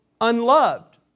unloved